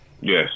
yes